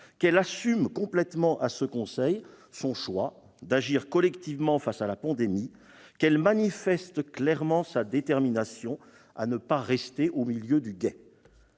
qu'elle assume complètement lors de ce Conseil son choix d'agir collectivement face à la pandémie, qu'elle manifeste clairement sa détermination à ne pas rester au milieu du gué.